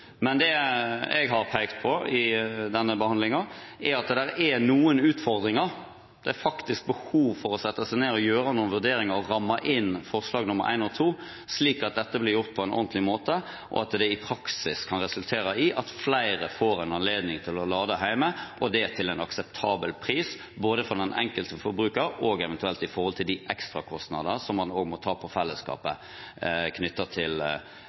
men det jeg har pekt på i behandlingen, er at det er noen utfordringer. Det er faktisk behov for å sette seg ned og gjøre noen vurderinger og ramme inn I og II, slik at dette blir gjort på en ordentlig måte og i praksis kan resultere i at flere får anledning til å lade hjemme – og det til en akseptabel pris både for den enkelte forbruker og eventuelt med hensyn til de ekstra kostnadene som må tas av fellesskapet knyttet til sameiet eller borettslaget, og den felleskostnaden boligaktører eventuelt må ta